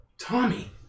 Tommy